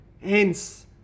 Hence